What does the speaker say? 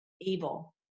evil